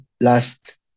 last